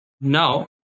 Now